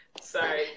sorry